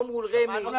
לא מול רמ"י.